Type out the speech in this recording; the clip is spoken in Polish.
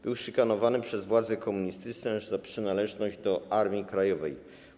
Był szykanowany przez władze komunistyczne za przynależność do Armii Krajowej.